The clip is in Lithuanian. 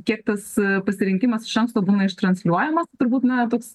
kiek tas pasirinkimas iš anksto būna ištransliuojamas tai turbūt na toks